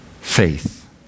faith